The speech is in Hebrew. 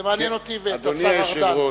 זה מעניין אותי ואת השר ארדן.